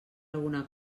alguna